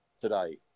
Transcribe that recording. today